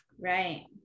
Right